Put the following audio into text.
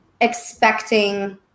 expecting